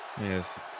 yes